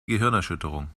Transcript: gehirnerschütterung